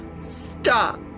Stop